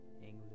English